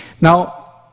Now